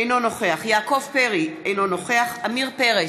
אינו נוכח יעקב פרי, אינו נוכח עמיר פרץ,